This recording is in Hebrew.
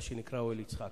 מה שנקרא אולם-יצחק.